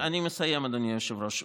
אני מסיים, אדוני היושב-ראש.